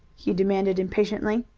he demanded impatiently.